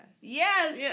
Yes